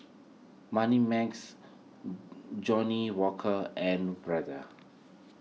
Moneymax Johnnie Walker and Brother